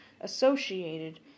associated